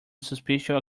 suspicious